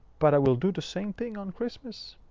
but i will do the same thing on christmas.